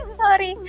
sorry